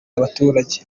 abaturage